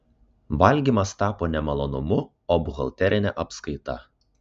valgymas tapo ne malonumu o buhalterine apskaita